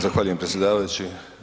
Zahvaljujem predsjedavajući.